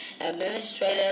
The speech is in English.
Administrator